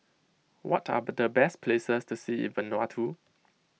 what are the best places to see in Vanuatu